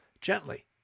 gently